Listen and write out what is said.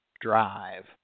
drive